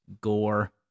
gore